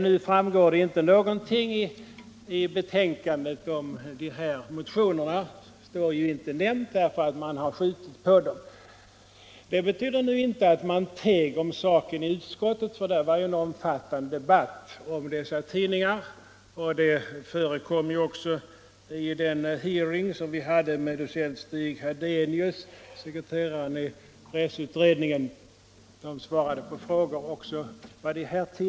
Nu framgår inte någonting av betänkandet om dessa motioner — de står inte ens nämnda — eftersom man skjutit upp behandlingen av dem. Det betyder inte att man teg om saken i utskottet. Där var en omfattande debatt om dessa tidningar. Så var även fallet vid en hearing som vi hade med docent Stig Hadenius, sekreteraren i pressutredningen.